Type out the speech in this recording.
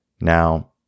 Now